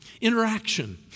interaction